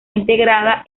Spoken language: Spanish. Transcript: integrada